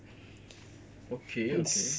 okay okay